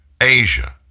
Asia